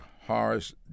Horace